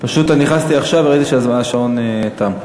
פשוט נכנסתי עכשיו וראיתי שהשעון תם.